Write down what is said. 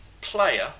player